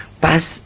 pass